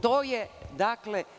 To je